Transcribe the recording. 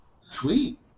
sweet